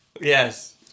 Yes